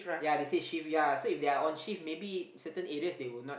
ya they say shift ya so if they're on shift maybe certain areas they will not